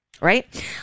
Right